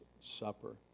Supper